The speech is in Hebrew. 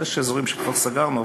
יש אזורים שכבר סגרנו,